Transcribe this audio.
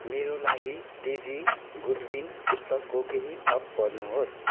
मेरोलागि Daisy Goodwin पुस्तकको केही थप पढ्नु होस्